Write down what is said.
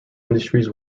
industries